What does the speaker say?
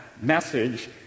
message